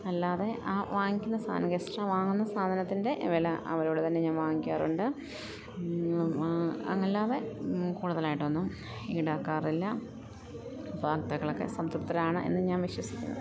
അല്ലാതെ ആ വാങ്ങിക്കുന്ന സാധനം എക്സ്ട്രാ വാങ്ങുന്ന സാധനത്തിൻ്റെ വില അവരോട് തന്നെ ഞാൻ വാങ്ങിക്കാറുണ്ട് അല്ലാതെ കൂടുതലായിട്ട് ഒന്നും ഈടാക്കാറില്ല ഉപഭോക്താക്കൾ ഒക്കെ സംതൃപ്തരാണ് എന്ന് ഞാൻ വിശ്വസിക്കുന്നു